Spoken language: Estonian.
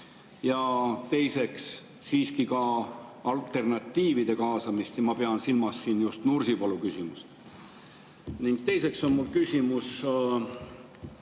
ja teiseks siiski ka alternatiivide kaasamist – ma pean silmas just Nursipalu küsimust. Ning teiseks on mul küsimus: